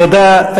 תודה.